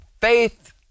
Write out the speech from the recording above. faith